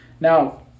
Now